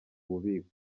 bubiko